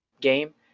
game